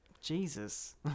Jesus